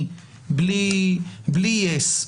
בין ה-20,000 לבין ה-13,000 לבין ה-3,000.